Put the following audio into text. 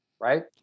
right